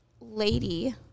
lady